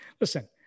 listen